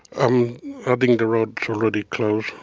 um ah the and road already closed.